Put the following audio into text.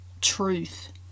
truth